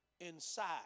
inside